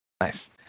Nice